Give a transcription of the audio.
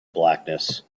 blackness